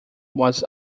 was